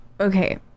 Okay